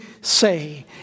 say